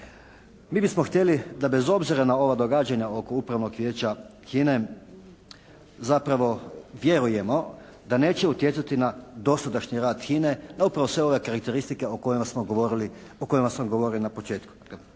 Mi bismo htjeli da bez obzira na ova događanja oko Upravnog vijeća HINA-e zapravo vjerujemo da neće utjecati na dosadašnji rad HINA-e, na upravo sve ove karakteristike o kojima smo govorili, o